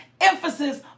emphasis